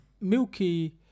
Milky